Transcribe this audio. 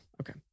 okay